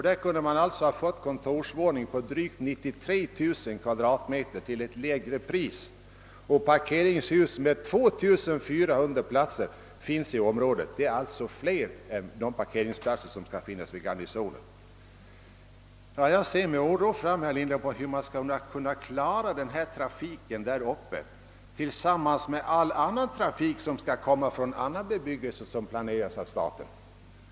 Där skulle man ha kunnat få en kontorsbyggnad på drygt 93 000 kvadratmeters golvyta till lägre pris, och i området finns också ett parkeringhus med 2400 platser, alltså fler parkeringsplatser än som kommer att finnas i Garnisonen på Östermalm. Jag ser också med oro på hur man skall klara trafiken uppe på Östermalm, särskilt med tanke på den starka trafik som kommer från annan bebyggelse som där planeras av staten.